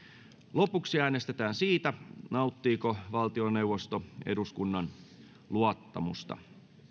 lopuksi äänestetään siitä nauttiiko valtioneuvosto eduskunnan luottamusta